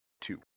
Two